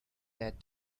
that